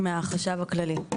מהחשב הכללי.